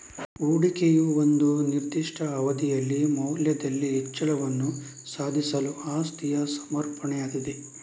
ಹೂಡಿಕೆಯು ಒಂದು ನಿರ್ದಿಷ್ಟ ಅವಧಿಯಲ್ಲಿ ಮೌಲ್ಯದಲ್ಲಿ ಹೆಚ್ಚಳವನ್ನು ಸಾಧಿಸಲು ಆಸ್ತಿಯ ಸಮರ್ಪಣೆಯಾಗಿದೆ